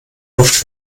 oft